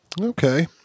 okay